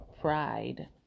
Pride